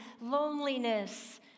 loneliness